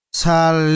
sal